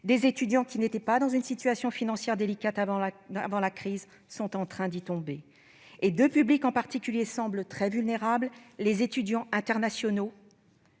Des étudiants qui n'étaient pas dans une situation financière délicate avant la crise sont en train d'y tomber. Deux publics en particulier semblent très vulnérables : les étudiants internationaux-